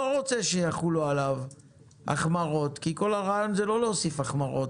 רוצה שיחולו עליו החמרות כי כל הרעיון זה לא להוסיף החמרות.